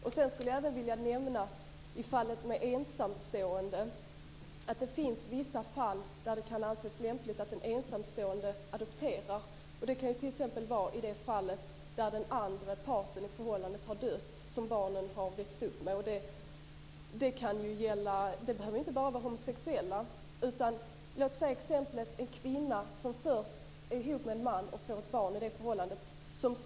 Jag skulle även vilja nämna vissa fall då det kan anses lämpligt att en ensamstående adopterar. Det kan t.ex. vara så att den andra parten, som barnen har vuxit upp med, i förhållandet har dött. Det behöver inte bara vara homosexuella. Ett exempel är att en kvinna först är ihop med en man och får ett barn i det förhållandet.